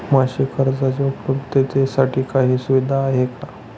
मासिक कर्जाच्या उपलब्धतेसाठी काही सुविधा आहे का?